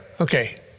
okay